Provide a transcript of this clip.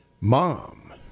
Mom